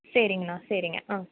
சரிங்கண்ணா சரிங்க ஆ